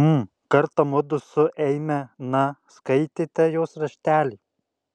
mm kartą mudu su eime na skaitėte jos raštelį